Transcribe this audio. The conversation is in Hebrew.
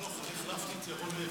חנוך, אני החלפתי את ירון לוי.